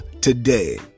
today